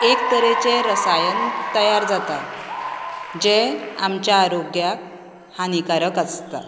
एक तरेचे रसायन तयार जातात जे आमच्या आरोग्याक हानिकारक आसता